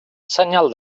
senyal